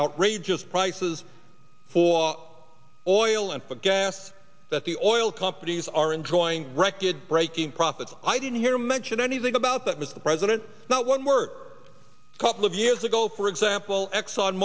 outrageous prices for oil and gas that the oil companies are enjoying record breaking profits i didn't hear mention anything about that mr president not one word a couple of years ago for example exxon